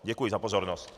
Děkuji za pozornost.